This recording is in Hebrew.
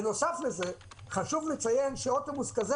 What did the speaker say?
בנוסף לזה, חשוב לציין שאוטובוס כזה